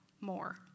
more